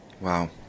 Wow